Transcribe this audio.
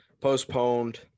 postponed